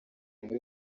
muri